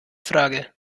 frage